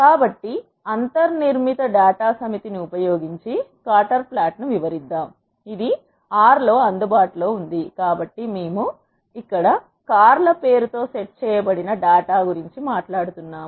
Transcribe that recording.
కాబట్టి అంతర్ నిర్మిత డేటా సమితి ని ఉపయోగించి స్కాటర్ ఫ్లాట్ ను వివరిద్దాం ఇది ఇది ఆర్ R లో అందుబాటులో ఉంది కాబట్టి మేము ఈ కార్ల పేరుతో సెట్ చేయబడిన డేటా గురించి మాట్లాడుతున్నాము